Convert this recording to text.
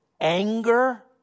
anger